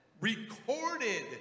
recorded